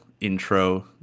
intro